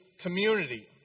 community